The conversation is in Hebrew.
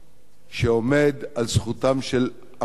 שעומד על זכותם של הפרטים,